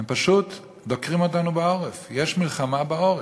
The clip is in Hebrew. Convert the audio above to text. הם פשוט דוקרים אותנו בעורף, יש מלחמה בעורף.